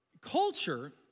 Culture